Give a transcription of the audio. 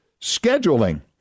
scheduling